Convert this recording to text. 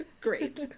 Great